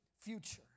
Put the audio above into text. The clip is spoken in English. future